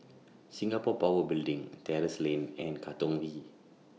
Singapore Power Building Terrasse Lane and Katong V